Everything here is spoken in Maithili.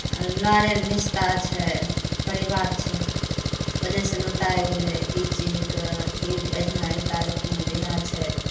आओर लारे दिसका छै परिवार छै ओन्नेसँ नोता आइ गेलय ई चीजके ई अइजाँ अइ तारीकमे बियाह छै